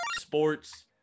sports